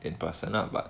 in person lah but